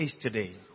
today